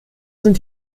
sind